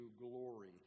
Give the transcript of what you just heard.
glory